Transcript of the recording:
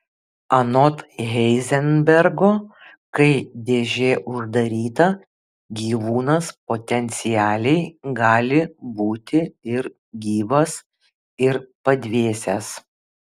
anot heizenbergo kai dėžė uždaryta gyvūnas potencialiai gali būti ir gyvas ir padvėsęs